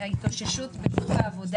את ההתאוששות בשוק העבודה.